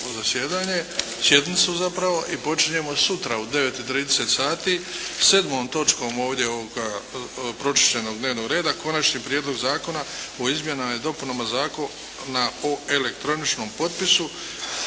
sjednicu zapravo i počinjemo sutra u 9 i 30 sati 7. točkom ovdje pročišćenog dnevnog reda Konačni prijedlog Zakona o izmjenama i dopunama Zakona o elektroničkom postupku,